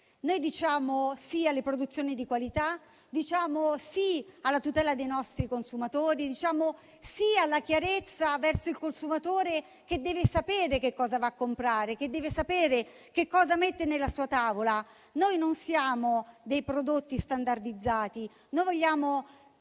Diciamo sì alle produzioni di qualità, diciamo sì alla tutela dei nostri consumatori e alla chiarezza verso il consumatore, che deve sapere che cosa va a comprare e che cosa mette sulla sua tavola. Non siamo per i prodotti standardizzati: vogliamo